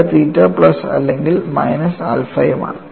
ഇവിടെ theta plus അല്ലെങ്കിൽ minus ആൽഫയുമാണ്